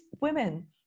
women